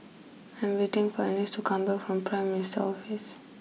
I'm waiting for Anice to come back from Prime Minister Office